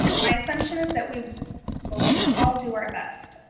my assumption is that we will all do our best.